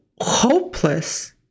hopeless